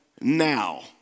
now